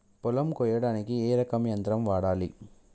పొలం కొయ్యడానికి ఏ రకం యంత్రం వాడాలి?